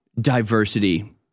diversity